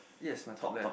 yes my top left